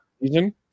season